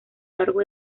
largo